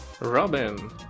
Robin